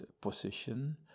position